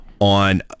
on